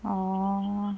oh